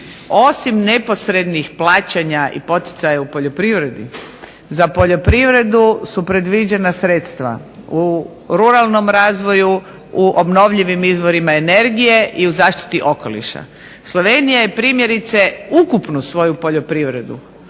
Osim neposrednih plaćanja i poticaja u poljoprivredi za poljoprivredu su predviđena sredstva u ruralnom razvoju, u obnovljivim izvorima energije i u zaštiti okoliša. Slovenija je primjerice ukupnu svoju poljoprivredu